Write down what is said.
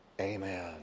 Amen